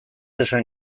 esan